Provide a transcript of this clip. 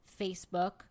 facebook